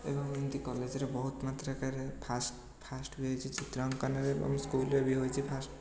ଏବଂ ମୁଁ ଏମିତି କଲେଜ୍ରେ ବହୁତ ମାତ୍ରାକାରେ ଫାଷ୍ଟ୍ ଫାଷ୍ଟ୍ ବି ହୋଇଛି ଚିତ୍ର ଅଙ୍କନରେ ଏବଂ ସ୍କୁଲ୍ରେ ବି ହୋଇଛି ଫାଷ୍ଟ୍